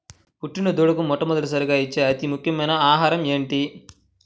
పుట్టిన దూడకు మొట్టమొదటిసారిగా ఇచ్చే అతి ముఖ్యమైన ఆహారము ఏంటి?